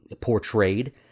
portrayed